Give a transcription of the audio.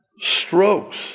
Strokes